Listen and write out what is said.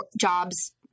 jobs